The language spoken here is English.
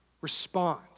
respond